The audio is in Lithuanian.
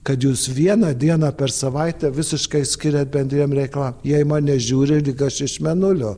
kad jus vieną dieną per savaitę visiškai skiriat bendriem reikalam jie į mane žiūri lyg aš iš mėnulio